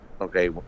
okay